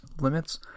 limits